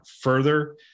further